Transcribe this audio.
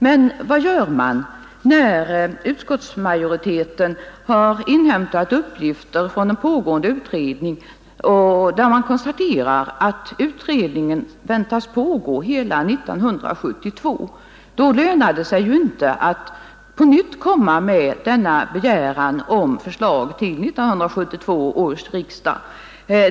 Men vad gör man när utskottsmajoriteten har inhämtat uppgifter från en utredning att arbetet väntas pågå hela 1972? Då lönar det sig ju inte att på nytt framställa begäran om förslag till 1972 års riksdag.